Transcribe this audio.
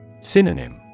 Synonym